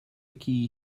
key